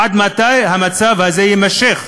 עד מתי המצב הזה יימשך?